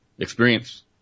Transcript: Experience